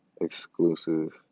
exclusive